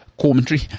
Commentary